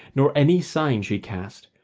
nor any sign she cast,